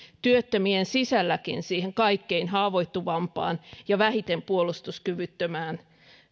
työttömien sisälläkin siihen kaikkein haavoittuvimpaan ja vähiten puolustuskyvyttömään